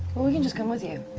but we can just come with you.